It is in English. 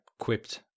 quipped